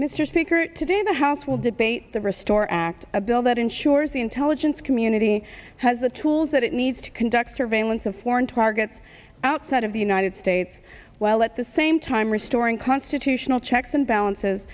mr speaker today the house will debate the restore act a bill that ensures the intelligence community has the tools that it needs to conduct surveillance of foreign targets outside of the united states while at the same time restoring constitutional checks and balances